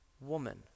woman